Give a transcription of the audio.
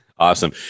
Awesome